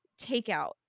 takeout